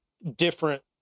different